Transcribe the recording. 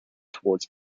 towards